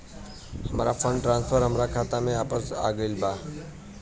हमार fund transfer हमार खाता में वापस आ गइल